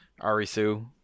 Arisu